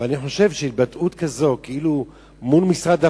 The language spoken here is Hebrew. אבל אני חושב שהתבטאות כזאת מול משרד הפנים,